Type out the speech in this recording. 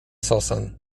sosen